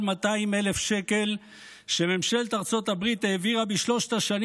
200,000 שקל שממשלת ארצות הברית העבירה בשלוש השנים